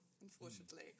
unfortunately